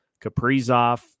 Kaprizov